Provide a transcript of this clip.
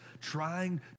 trying